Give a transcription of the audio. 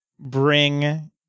bring